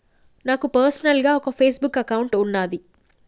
నాకు పర్సనల్ గా ఒక ఫేస్ బుక్ అకౌంట్ వున్నాది